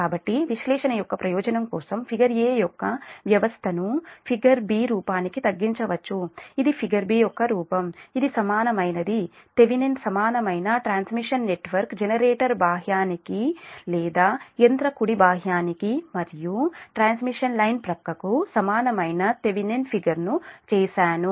కాబట్టి విశ్లేషణ యొక్క ప్రయోజనం కోసం ఫిగర్ ఎ యొక్క వ్యవస్థను ఫిగర్ బి రూపానికి తగ్గించవచ్చు ఇది ఫిగర్ బి యొక్క రూపం ఇది సమానమైనది థెవెనిన్ సమానమైన ట్రాన్స్మిషన్ నెట్వర్క్ జనరేటర్ బాహ్యానికి లేదా యంత్ర కుడి బాహ్యానికి మరియు ట్రాన్స్మిషన్ లైన్ ప్రక్కకు సమానమైన థెవెనిన్ ఫిగర్ ను చేశాను